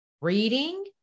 reading